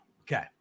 Okay